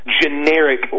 generic